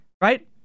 right